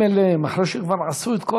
שבאים אליהם אחרי שהם כבר עשו את כל